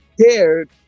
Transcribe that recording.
cared